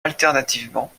alternativement